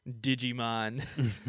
Digimon